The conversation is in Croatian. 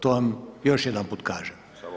To vam još jedanput kažem.